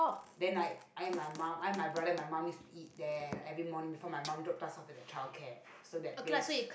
then like I and my mum I and my brother my mum used to eat there like every morning for my mum drop custom for the childcare so that place